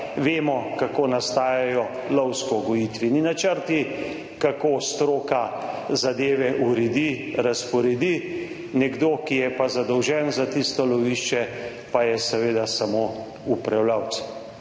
vemo kako nastajajo lovsko gojitveni načrti, kako stroka zadeve uredi, razporedi. Nekdo, ki je pa zadolžen za tisto lovišče, pa je seveda samo upravljavec.